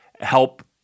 help –